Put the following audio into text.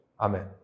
Amen